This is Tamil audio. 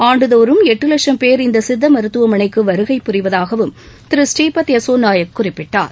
ஆண்டுதோறும் எட்டு லட்சம் பேர் இந்த சித்த மருத்துவமனைக்கு வருகை புரிவதாகவும் திரு ஸ்ரீபத் யசோ நாயக் குறிப்பிட்டார்